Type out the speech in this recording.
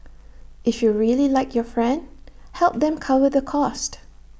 if you really like your friend help them cover the cost